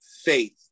faith